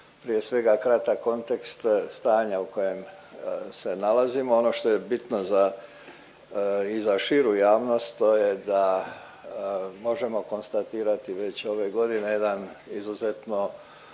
prije svega kratak kontekst stanja u kojem se nalazimo. Ono što je bitno za i za širu javnost to je da možemo konstatirati već ove godine jedan izuzetno